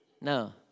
No